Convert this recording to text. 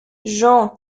jean